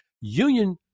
Union